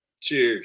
cheers